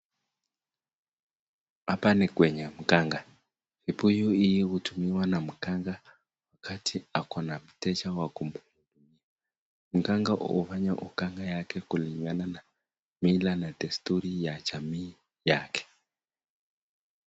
Hapa ni kwenye mganga. Kibuyu hii hutumiwa na mganga wakati akona mtejaa wa kumtibu. Mganga hufanya uganga yake kulingana na mila na destri ya jamii yake.